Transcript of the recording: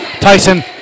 Tyson